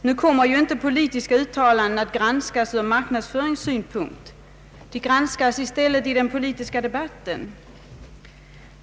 Nu kommer ju inte politiska uttalanden att granskas från marknadsföringssynpunkt; de granskas i stället i den politiska debatten.